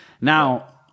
Now